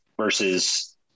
versus